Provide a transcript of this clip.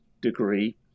degree